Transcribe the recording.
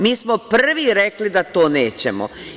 Mi smo prvi rekli da to nećemo.